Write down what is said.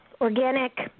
organic